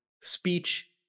speech